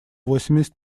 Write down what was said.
восемьдесят